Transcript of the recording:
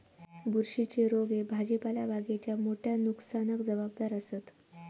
बुरशीच्ये रोग ह्ये भाजीपाला बागेच्या मोठ्या नुकसानाक जबाबदार आसत